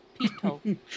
Pito